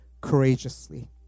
courageously